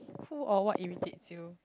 who or what irritates you